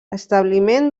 establiment